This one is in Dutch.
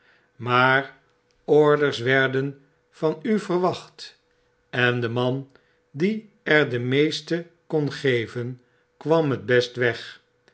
maar orders werden van u verwacht en de man die er de meeste kon geven kwam bet best weg